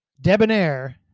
debonair